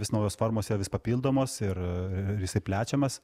vis naujos formos yra vis papildomos ir jisai plečiamas